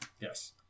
Yes